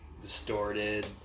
distorted